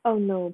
oh no